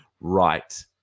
right